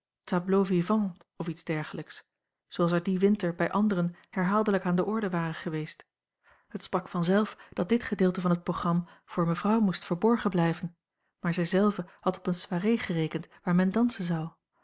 tableaux vivants of iets dergelijks zooals er dien winter bij anderen herhaaldelijk aan de orde waren geweest het sprak vanzelf dat dit gedeelte van het program voor mevrouw moest verborgen blijven maar zij zelve had op eene a l g bosboom-toussaint langs een omweg soirée gerekend waar men dansen zou